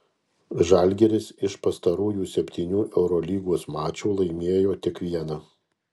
žalgiris iš pastarųjų septynių eurolygos mačų laimėjo tik vieną